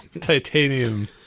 titanium